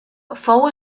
fou